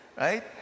right